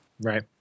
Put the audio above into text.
right